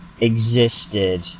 Existed